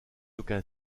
aucun